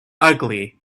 ugly